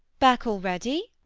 back already!